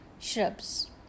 shrubs